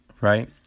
right